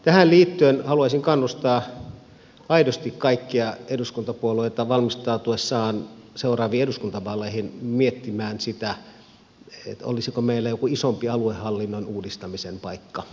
tähän liittyen haluaisin kannustaa aidosti kaikkia eduskuntapuolueita valmistautuessaan seuraaviin eduskuntavaaleihin miettimään sitä olisiko meillä joku isompi aluehallinnon uudistamisen paikka